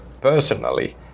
personally